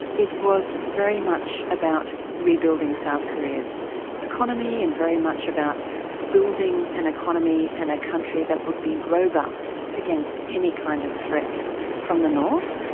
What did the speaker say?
it was very much about rebuilding south korea's economy and very much about building an economy and a country that would be robust against any kind of threat from the north.